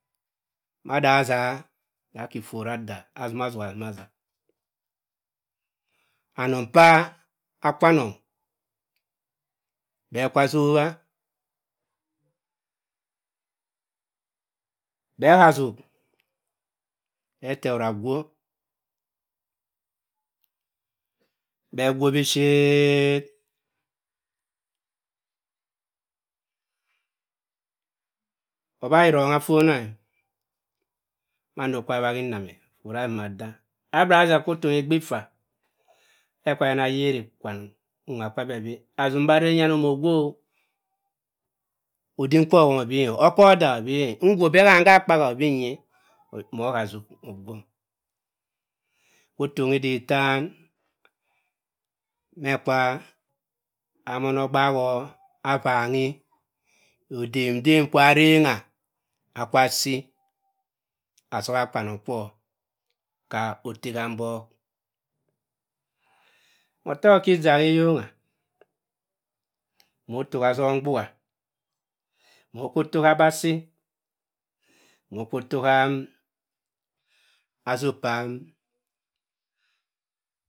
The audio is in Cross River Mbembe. Ma da azh aki fot arh dh azi ny azu azi nha aza, anongh ph phanong bbe kazowas bb hha azu bb tewod agwo bbe gwo bi shh shh, oh bha gi rong hh fong eh, mando a wahinam eh. Fho azi mh dh aa bra aza otoe bb ph bh a bh ana yeri kwanong nwa kwabh bi azu are ngh yano mo gwo odim kwo-woma obi oh okur dha obi mm ngwu nbh bh cham ha paha obi nyi mo ha azu mo gwo, ottonghi idik ittam mhe kwa amonobha ho odedem kwarangha a kwa si azoha kwanokwo kp otte hambuck mh te wod ki eziya kh yongh mo towa azo mbua mo ko towa hh aba si mokoto ha azu pam.